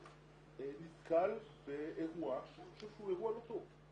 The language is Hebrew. שמישהו נתקל באירוע שהוא פשוט אירוע לא טוב,